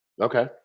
okay